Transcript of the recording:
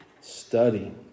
Study